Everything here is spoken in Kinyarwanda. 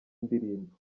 ndirimbo